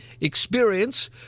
experience